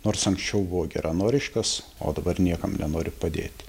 nors anksčiau buvo geranoriškas o dabar niekam nenori padėti